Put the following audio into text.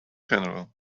general